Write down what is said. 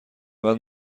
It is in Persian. بعد